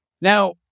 Now